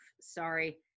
sorry